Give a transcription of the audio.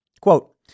Quote